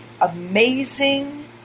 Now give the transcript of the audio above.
amazing